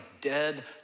dead